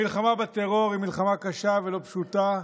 המלחמה בטרור היא מלחמה קשה ולא פשוטה.